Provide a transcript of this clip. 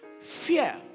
Fear